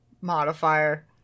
modifier